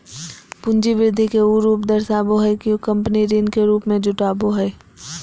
पूंजी वृद्धि के उ रूप दर्शाबो हइ कि कंपनी ऋण के रूप में जुटाबो हइ